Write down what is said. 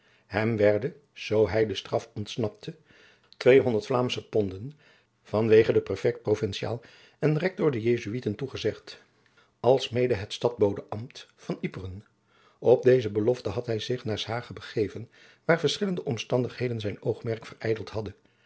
hem werden zoo hij de straf ontsnapte tweehonderd laamsche ponden vanwege den praefect provintiaal en rector der jesuiten toegezegd alsmede het stadsbodensambt van yperen op deze belofte had hij zich naar s hage begeven waar verschillende omstandigheden zijn oogmerk verijdeld